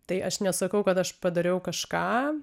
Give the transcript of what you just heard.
tai aš nesakau kad aš padariau kažką